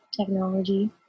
technology